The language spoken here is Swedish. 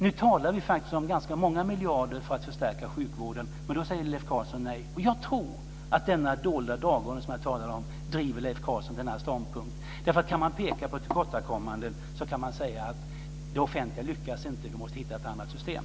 Nu talar vi faktiskt om ganska många miljarder för att förstärka sjukvården, men då säger Leif Carlson nej. Jag tror att den dolda dagordning som jag talade om driver Leif Carlson till denna ståndpunkt. Kan man peka på tillkortakommanden kan man säga att det offentliga inte lyckas och att vi måste hitta ett annat system.